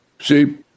See